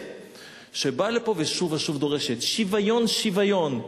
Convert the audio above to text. שבאה לפה ושוב ושוב דורשת: שוויון שוויון.